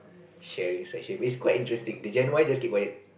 sharing session it's quite interesting the Gen-Y just keep quiet